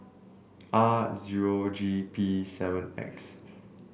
R zero G P seven X